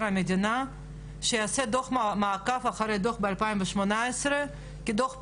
המדינה שיעשה דוח מעקב אחרי הדוח ב-2018 כי הדוח פורסם,